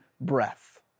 breath